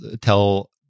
tell